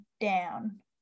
down